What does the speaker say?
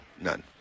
None